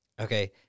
Okay